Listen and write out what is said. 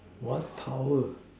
what power